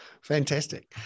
Fantastic